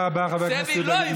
תודה רבה, חבר הכנסת יהודה גליק.